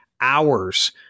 hours